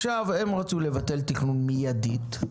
הם רצו לבטל תכנון מיידית,